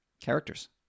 characters